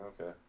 okay